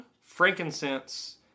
frankincense